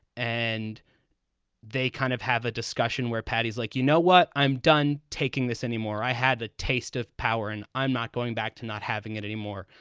and they kind of have a discussion where patty is like, you know what, i'm done taking this anymore. i had a taste of power and i'm not going back to not having it anymore.